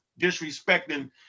disrespecting